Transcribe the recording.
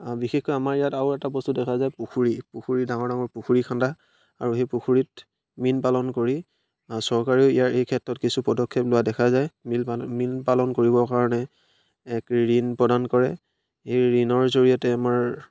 বিশেষকৈ আমাৰ ইয়াত আৰু এটা বস্তু দেখা যায় পুখুৰী পুখুৰী ডাঙৰ ডাঙৰ পুখুৰী খন্দা আৰু সেই পুখুৰীত মীন পালন কৰি চৰকাৰেও ইয়াৰ এই ক্ষেত্ৰত কিছু পদক্ষেপ লোৱা দেখা যায় মিল পাল মীন পালন কৰিবৰ কাৰণে এক ঋণ প্ৰদান কৰে সেই ঋণৰ জৰিয়তে আমাৰ